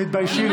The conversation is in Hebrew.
תתביישי לך.